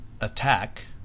attack